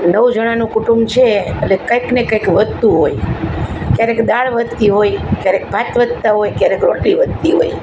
નવ જણાનું કુટુંબ છે એટલે કાંઇકને કાંઇક વધતું હોય ક્યારેક દાળ વધતી હોય ક્યારેક ભાત વધતાં હોય ક્યારેક રોટલી વધતી હોય